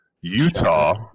Utah